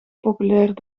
populair